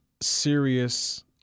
serious